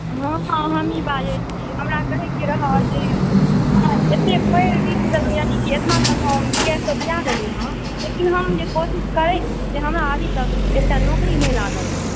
हँ हँ हमही बाजै छी हमरा कहयके रहै जे हम एतए पढ़ि लिख लेलि एतना तक हम बीए सब कए लेलहुँ हँ लेकिन हम जे कोशिश करै छी जे हमरा अभी तक एकटा नौकरी नहि लागल हँ